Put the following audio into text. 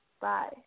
Bye